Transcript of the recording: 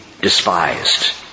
despised